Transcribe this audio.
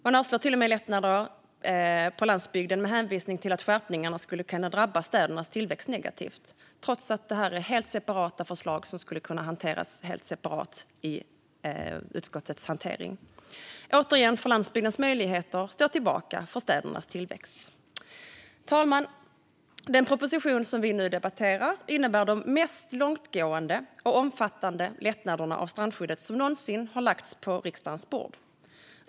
Man avslår till och med lättnader på landsbygden med hänvisning till att skärpningarna skulle kunna drabba städernas tillväxt negativt, trots att det rör sig om helt separata förslag som skulle kunna hanteras helt separat i utskottet. Återigen får landsbygdens möjligheter stå tillbaka för städernas tillväxt. Fru talman! Den proposition vi nu debatterar innebär de mest långtgående och omfattande lättnader av strandskyddet som någonsin har lagts på riksdagens bord.